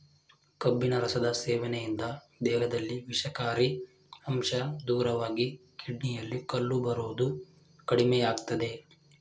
ಕಬ್ಬಿನ ರಸದ ಸೇವನೆಯಿಂದ ದೇಹದಲ್ಲಿ ವಿಷಕಾರಿ ಅಂಶ ದೂರವಾಗಿ ಕಿಡ್ನಿಯಲ್ಲಿ ಕಲ್ಲು ಬರೋದು ಕಡಿಮೆಯಾಗ್ತದೆ